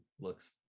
looks